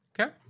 Okay